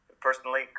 personally